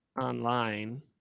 online